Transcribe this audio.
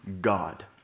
God